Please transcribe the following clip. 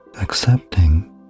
accepting